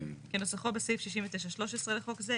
כנוסחו בסעיף 69(13) לחוק זה,